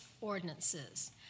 ordinances